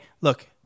Look